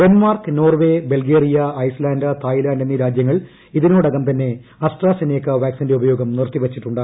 Denmark Norway Bulgaria Iceland Thailand എന്നീ രാജ്യങ്ങൾ ഇതിനോടകം തന്നെ അസ്ട്രാസെനേകാ വാക്സിന്റെ ഉപയോഗം നിർത്തി വച്ചിട്ടുണ്ട്